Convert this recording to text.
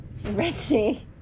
Richie